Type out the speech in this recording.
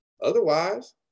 Otherwise